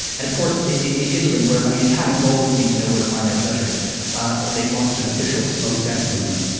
and of course, in italy where i mean, italians always seem to know where to find their pleasure they've launched an official slow sex movement.